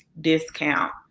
discount